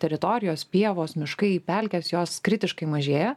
teritorijos pievos miškai pelkės jos kritiškai mažėja